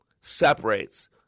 separates